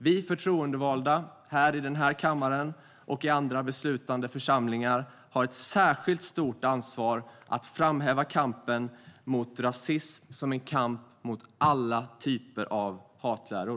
Vi förtroendevalda i den här kammaren och i andra beslutande församlingar har ett särskilt stort ansvar för att framhäva kampen mot rasism som en kamp mot alla typer av hatläror.